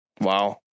Wow